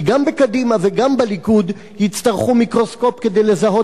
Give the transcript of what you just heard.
כי גם בקדימה וגם בליכוד יצטרכו מיקרוסקופ כדי לזהות